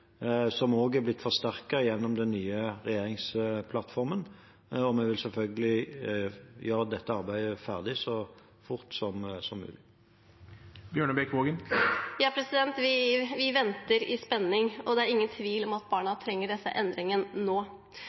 som også er blitt forsterket gjennom den nye regjeringsplattformen, og vi vil selvfølgelig gjøre dette arbeidet ferdig så fort som mulig. Vi venter i spenning, og det er ingen tvil om at barna trenger disse endringene nå.